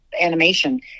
animation